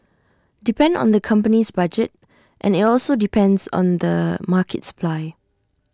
depend on the company's budget and IT also depends on the market supply